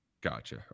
Gotcha